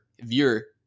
viewer